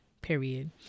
period